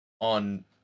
on